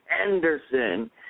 Anderson